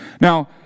Now